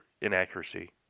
inaccuracy